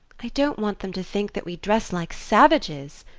i don't want them to think that we dress like savages,